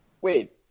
Wait